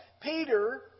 Peter